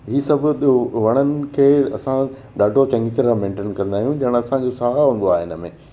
ही सभु वणनि खे असां ॾाढो चङी तरह मेनटेन कंदा आहियूं ॼणु असांजो साहु हूंदो आहे इन्हनि में